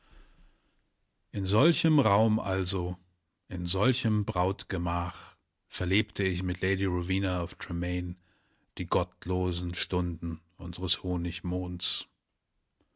in solchem raum also in solchem brautgemach verlebte ich mit lady rowena of tremaine die gottlosen stunden unsres honigmonds